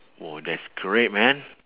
!wah! that's correct man